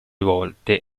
volte